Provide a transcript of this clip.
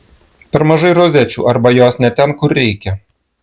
per mažai rozečių arba jos ne ten kur reikia